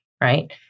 right